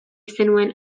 zenuen